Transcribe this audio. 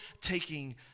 taking